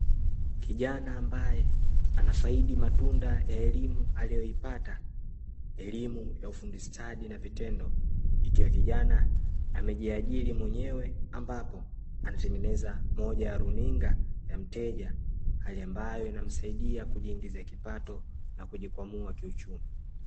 Kijana ambae anafaidi matunda ya elimu aliyo ipata ya ufundi stadi na vitendo, ikiwa kijana amejiajiri mwenyewe ambapo anatengeneza moja ya runinga ya mteja, hali ambayo inasaidia kujiingizia kipato na kujikwamua kiuchumi.